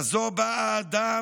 כזו שבה האדם,